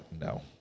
No